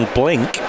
blink